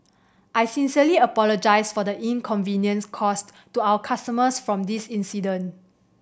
I sincerely apologise for the inconvenience caused to our customers from this incident